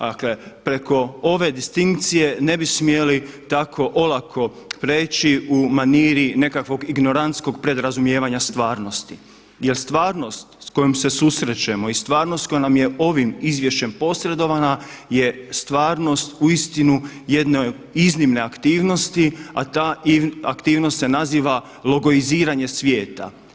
Dakle preko ove distinkcije ne bi smjeli tako olako prijeći u maniri nekakvog ignorantskog pred razumijevanja stvarnosti jel stvarnost s kojom se susrećemo i stvarnost koja nam je ovim izvješćem posredovana je stvarnost uistinu jedne iznimne aktivnosti, a ta aktivnosti, a ta aktivnost se naziva logoiziranje svijeta.